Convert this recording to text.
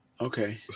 Okay